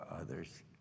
others